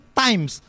times